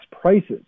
prices